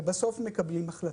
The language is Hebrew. ובסוף מקבלים החלטה.